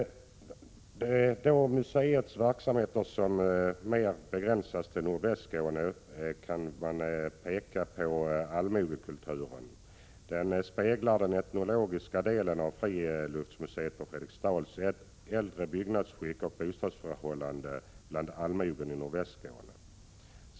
Av de museets verksamheter som mer begränsas till nordvästra Skåne kan man peka på allmogekulturen. Den speglar den etnologiska delen av friluftsmuseet på Fredriksdal, med äldre byggnadsskick och bostadsförhållanden bland allmogen i nordvästra Skåne.